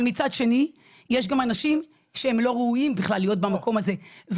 אבל מצד שני יש גם אנשים שהם לא ראויים להיות במקום הזה.